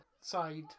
side